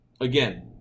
Again